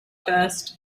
best